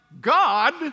God